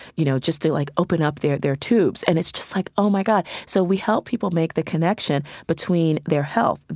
you know, just to, like, open up their their tubes. and it's just like, oh, my god so we help people make the connection between their health,